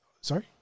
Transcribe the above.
Sorry